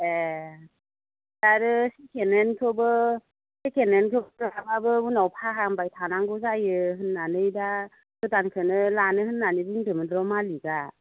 एह आरो सेकेण्डहेन्दखौबो सेकेण्डहेन्दखौ लाबाबो उनाव फाहामबाय थांनांगौ जायो होन्नानै दा गोदानखौनो लानो होन्नानै बुंदोंमोन र' मालिकआ